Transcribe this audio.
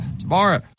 tomorrow